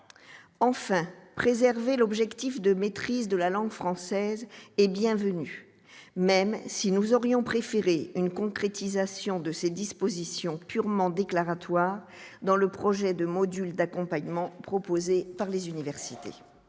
enfin, préserver l'objectif de maîtrise de la langue française et bienvenue, même si nous aurions préféré une concrétisation de ces dispositions purement déclaratoire dans le projet de modules d'accompagnement proposées par les universités